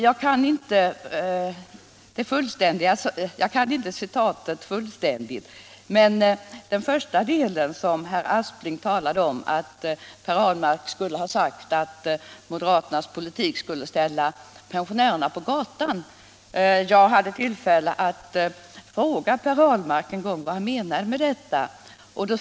Jag kan inte ordalydelsen av det fullständiga citatet, men herr Aspling talade om att herr Ahlmark skulle ha sagt att moderaternas skattepolitik skulle ställa pensionärerna på gatan. Jag har frågat Per Ahlmark vad han menade med detta.